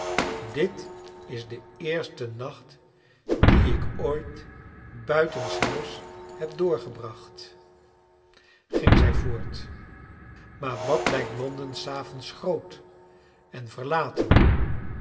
dit is de eerste nacht dien ik ooit buitenshuis heb doorgebracht ging zij voort maar wat iijkt londen s avonds groot en verlaten